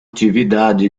atividade